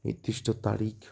নির্দিষ্ট তারিখ